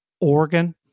Oregon